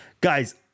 guys